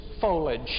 foliage